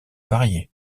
variées